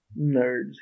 nerds